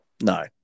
No